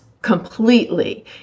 completely